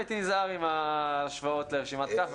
הייתי נזהר עם ההשוואות לרשימת כך.